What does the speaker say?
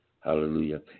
Hallelujah